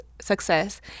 success